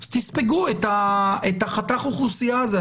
תספגו את חתך האוכלוסייה הזה.